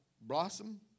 blossom